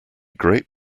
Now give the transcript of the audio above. great